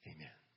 Amen